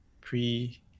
pre